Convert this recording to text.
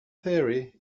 theory